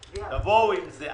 תבואו עם זה.